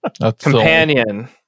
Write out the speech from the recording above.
Companion